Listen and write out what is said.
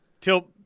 Till